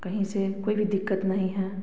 कहीं से कोई भी दिक्कत नहीं हैं